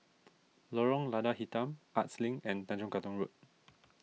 Lorong Lada Hitam Arts Link and Tanjong Katong Road